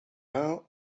now